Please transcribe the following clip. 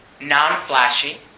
non-flashy